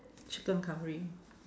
chicken curry